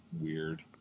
weird